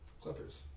Clippers